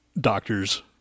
doctors